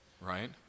right